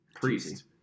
priest